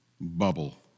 bubble